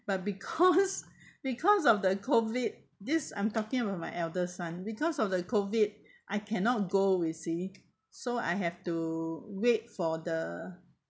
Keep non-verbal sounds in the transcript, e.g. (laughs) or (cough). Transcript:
but because (laughs) because of the COVID this I'm talking about my elder son because of the COVID I cannot go you see so I have to wait for the